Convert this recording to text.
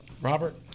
robert